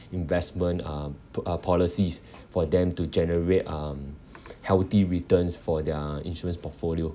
investment um p~ uh policies for them to generate um healthy returns for their insurance portfolio